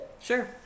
Sure